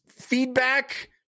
feedback